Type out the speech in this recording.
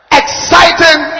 exciting